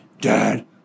Dad